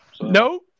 Nope